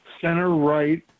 center-right